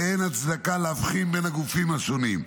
ואין הצדקה להבחין בין הגופים השונים.